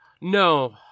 No